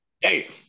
hey